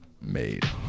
made